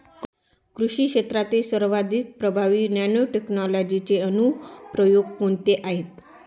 कृषी क्षेत्रातील सर्वात प्रभावी नॅनोटेक्नॉलॉजीचे अनुप्रयोग कोणते आहेत?